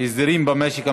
הסדרים במשק המדינה.